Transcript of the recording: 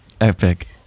Epic